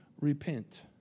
repent